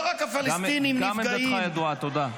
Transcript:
גם עמדתך ידועה, תודה.